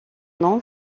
nom